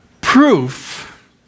proof